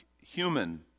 human